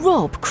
Rob